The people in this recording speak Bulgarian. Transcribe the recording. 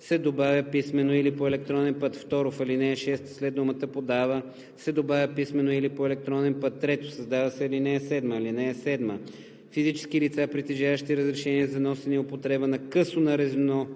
се добавя „писмено или по електронен път“. 2. В ал. 6 след думата „подава“ се добавя „писмено или по електронен път“. 3. Създава се ал. 7: „(7) Физически лица, притежаващи разрешение за носене и употреба на късо нарезно